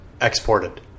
exported